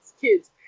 kids